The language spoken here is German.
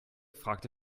fragte